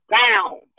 down